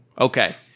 Okay